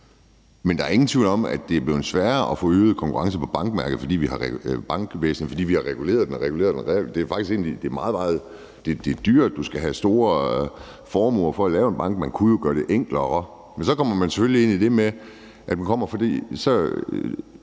Men der er ingen tvivl om, at det er blevet sværere at få øget konkurrence i bankvæsenet, fordi vi har reguleret det og reguleret det. Det er dyrt, og du skal have store formuer for at lave en bank. Man kunne jo gøre det enklere. Men så kommer man selvfølgelig ind i det med størrelsen.